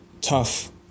tough